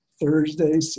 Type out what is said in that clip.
Thursday